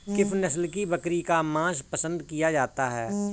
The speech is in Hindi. किस नस्ल की बकरी का मांस पसंद किया जाता है?